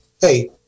Hey